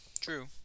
True